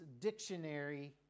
dictionary